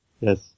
Yes